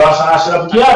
זו השנה של הפגיעה,